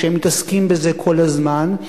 שמתעסקים בזה כל הזמן.